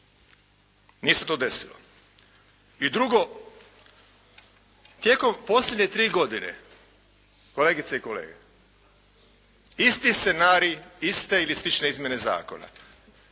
se to desilo. I drugo, tijekom posljednje tri godine kolegice i kolege, isti scenarij, iste ili slične izmjene zakona.